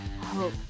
hope